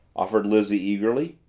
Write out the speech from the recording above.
offered lizzie eagerly.